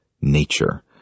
nature